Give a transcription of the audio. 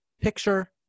picture